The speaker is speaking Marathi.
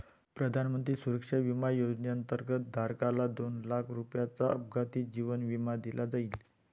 प्रधानमंत्री सुरक्षा विमा योजनेअंतर्गत, धारकाला दोन लाख रुपयांचा अपघाती जीवन विमा दिला जाईल